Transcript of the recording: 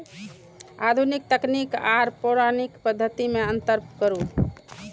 आधुनिक तकनीक आर पौराणिक पद्धति में अंतर करू?